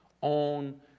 on